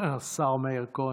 השר מאיר כהן,